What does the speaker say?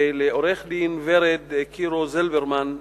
ולעורכת-הדין ורד קירו-זילברמן,